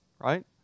right